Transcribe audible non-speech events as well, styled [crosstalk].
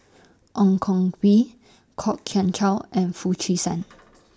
Ong Koh Bee Kwok Kian Chow and Foo Chee San [noise]